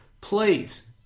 please